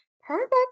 Perfect